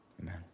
Amen